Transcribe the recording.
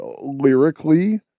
lyrically